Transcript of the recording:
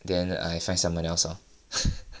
then I find someone else loh